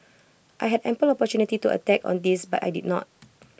I had ample opportunity to attack on this but I did not